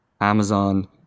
Amazon